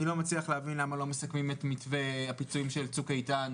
אני לא מצליח להבין למה לא מסכמים את מתווה הפיצויים של צוק איתן,